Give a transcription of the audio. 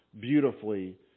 beautifully